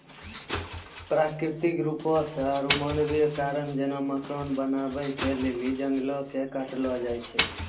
प्राकृतिक रुपो से आरु मानवीय कारण जेना मकान बनाबै के लेली जंगलो के काटलो जाय छै